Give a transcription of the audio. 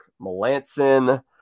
Melanson